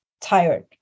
tired